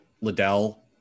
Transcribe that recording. Liddell